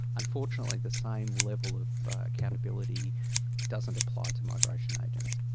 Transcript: unfortunately the same level of accountability doesn't apply to migration agents.